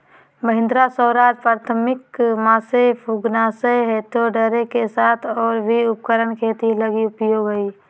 Mahindra, Swaraj, Farmtrac, Massey Ferguson John Deere के साथ और भी उपकरण खेती लगी उपयोगी हइ